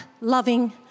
loving